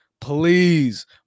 please